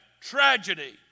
tragedy